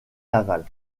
navales